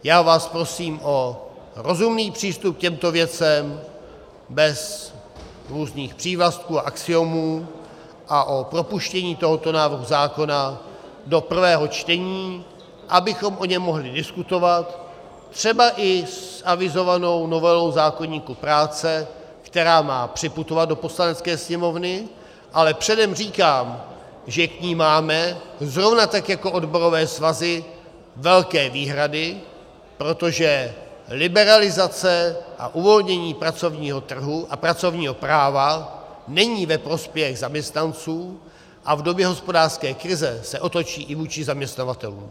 Já vás prosím o rozumný přístup k těmto věcem bez různých přívlastků a axiomů a o propuštění tohoto návrhu zákona do prvého čtení, abychom o něm mohli diskutovat třeba i s avizovanou novelou zákoníku práce, která má připutovat do Poslanecké sněmovny, ale předem říkám, že k ní máme zrovna tak jako odborové svazy velké výhrady, protože liberalizace a uvolnění pracovního trhu a pracovního práva není ve prospěch zaměstnanců a v době hospodářské krize se otočí i vůči zaměstnavatelům.